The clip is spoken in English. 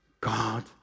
God